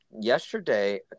yesterday